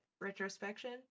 retrospection